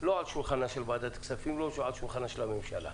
לא על שולחנה של ועדת הכספים ולא על שולחן הממשלה.